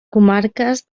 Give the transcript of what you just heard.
comarques